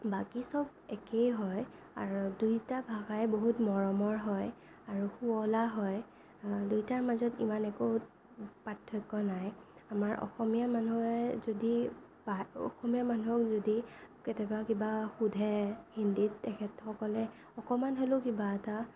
বাকী চব একেই হয় আৰু দুইটা ভাষায়ে বহুত মৰমৰ হয় আৰু শুৱলা হয় দুইটাৰ মাজত ইমান একো পাৰ্থক্য নাই আমাৰ অসমীয়া মানুহে যদি ভা অসমীয়া মানুহক যদি কেতিয়াবা কিবা সোধে হিন্দীত তেখেতসকলৰে অকণমান হ'লেও কিবা এটা